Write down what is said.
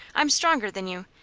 i'm stronger than you,